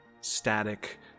static